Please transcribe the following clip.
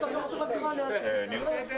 התקנות אושרו.